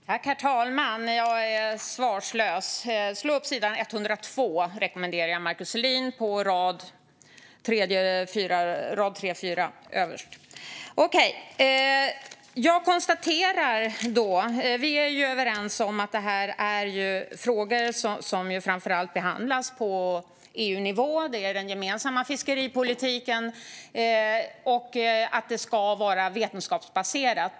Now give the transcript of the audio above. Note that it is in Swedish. Herr talman! Jag är svarslös. Jag rekommenderar Markus Selin att slå upp sidan 102 och läsa tredje och fjärde raden. Vi är ju överens om att detta är frågor som framför allt behandlas på EU-nivå. Det gäller den gemensamma fiskeripolitiken och att det ska vara vetenskapsbaserat.